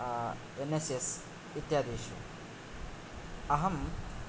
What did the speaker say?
N S S इत्यादिषु अहं